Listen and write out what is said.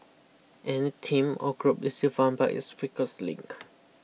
any team or group is defined by its weakest link